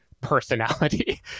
personality